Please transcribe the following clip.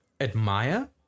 admire